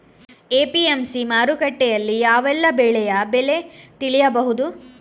APMC ಮಾರುಕಟ್ಟೆಯಲ್ಲಿ ಯಾವೆಲ್ಲಾ ಬೆಳೆಯ ಬೆಲೆ ತಿಳಿಬಹುದು?